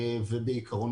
בעיקרון,